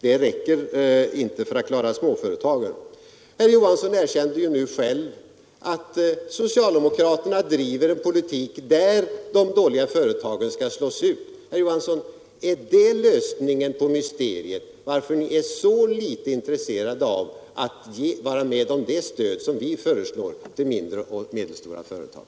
Det räcker inte för att klara småföretagen. Herr Johansson erkände nu själv att socialdemokraterna driver en politik där de dåliga företagen skall slås ut. Är det, herr Johansson, lösningen på mysteriet att ni är så litet intresserade av att vara med om det stöd som vi föreslår till mindre och medelstora företag?